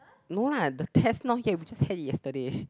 no lah the test not yet we just had it just yesterday